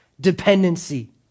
dependency